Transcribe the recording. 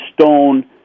Stone